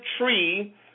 tree